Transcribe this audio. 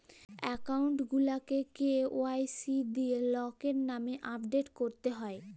account গুলাকে KYC দিঁয়ে লকের লামে আপডেট ক্যরতে হ্যয়